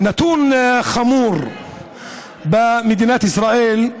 נתון חמור במדינת ישראל,